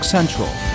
Central